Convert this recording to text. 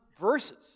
verses